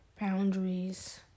boundaries